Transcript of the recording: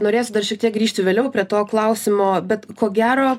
norėsiu dar šiek tiek grįžti vėliau prie to klausimo bet ko gero